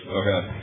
okay